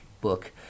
book